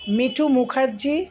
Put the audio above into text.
Mithu Mukherjee